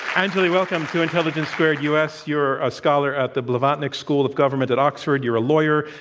anjali, welcome to intelligence squared u. s. you're a scholar at the blavatnik school of government at oxford. you're a lawyer.